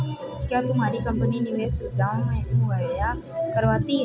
क्या तुम्हारी कंपनी निवेश सुविधायें मुहैया करवाती है?